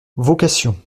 vocation